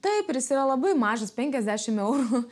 taip ir jis yra labai mažas penkiasdešimt eurų